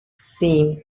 seem